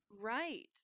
Right